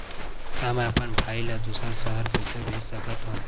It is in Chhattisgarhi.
का मैं अपन भाई ल दुसर शहर पईसा भेज सकथव?